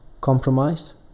compromise